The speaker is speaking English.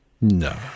No